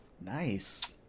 Nice